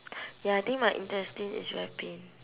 ya I think my intestine is very pain